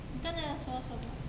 你刚才要说什么